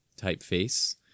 typeface